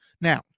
Now